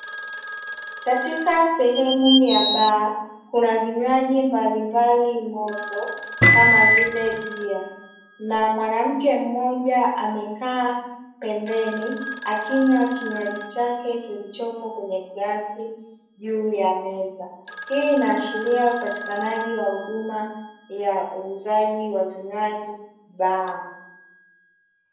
Katika sehemu ya baa kuna vinywaji mbalimbali moto kama vile bia na mwanamke mmoja amekaa pembeni akinywa kinywaji chake kilichopo kwenye glasi juu ya meza. Hii inaashiria upatikanaji wa huduma ya uuzaji wa vinywaji baa.